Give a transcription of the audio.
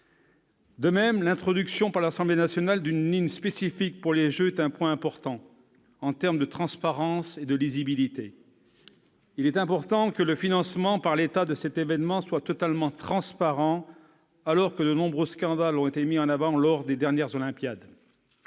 De même, l'introduction par l'Assemblée nationale d'une ligne spécifique pour les jeux Olympiques est un point notable, en termes de transparence et de lisibilité. En effet, il est important que le financement par l'État de cet événement soit totalement transparent, alors que de nombreux scandales ont été mis en avant lors des dernières Olympiades.